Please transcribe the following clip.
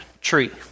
tree